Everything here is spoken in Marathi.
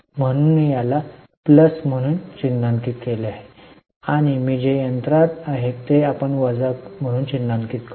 म्हणून मी याला प्लस म्हणून चिन्हांकित केले आहे आणि मी जे यंत्रात आहे ते आपण वजा म्हणून चिन्हांकित करू